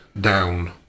down